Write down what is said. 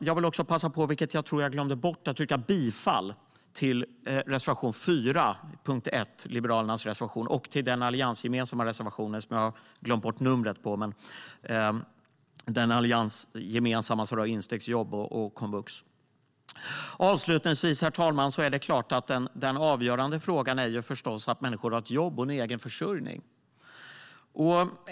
Jag vill också passa på - vilket jag tror att jag glömde bort - att yrka bifall till Liberalernas reservation 4 under punkt 1 och till den alliansgemensamma reservationen om instegsjobb och komvux. Herr talman! Den avgörande frågan är förstås att människor har ett eget jobb och en egen försörjning.